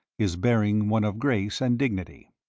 his bearing one of grace and dignity.